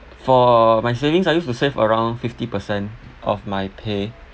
for my savings I used to save around fifty percent of my pay